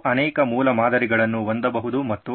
ನೀವು ಅನೇಕ ಮೂಲಮಾದರಿಗಳನ್ನು ಹೊಂದಬಹುದು ಮತ್ತು